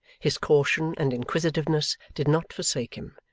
his caution and inquisitiveness did not forsake him,